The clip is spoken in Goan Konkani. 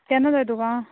केन्ना जाय तुका